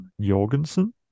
Jorgensen